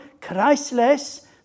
Christless